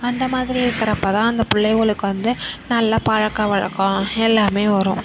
அந்த மாதிரி இருக்கிறப்ப தான் அந்த பிள்ளைவோலுக்கு வந்து நல்ல பழக்க வழக்கம் எல்லாமே வரும்